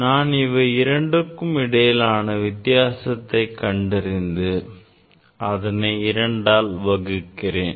நான் இவை இரண்டிற்கும் இடையிலான வித்தியாசத்தை கண்டறிந்து அதனை இரண்டால் வகுக்கிறேன்